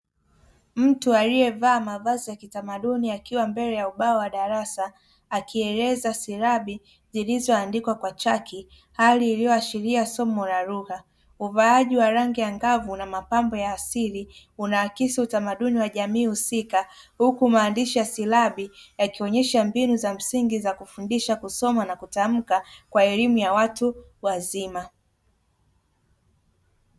Mtu aliyevaa mavazi ya kitamaduni akiwa mbele ya ubao wa darasa akieleza silabi zilizoandikwa kwa chaki, hali iliyoashiria somo la lugha. Uvaaji wa rangi angavu na mapambo ya asili unaakisi utamaduni wa jamii husika huku maandishi ya silabi yakionyesha mbinu za msingi za kufundisha kusoma na kutamka kwa elimu ya watu wazima.